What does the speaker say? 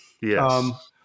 Yes